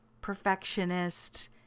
perfectionist